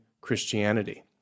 Christianity